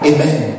Amen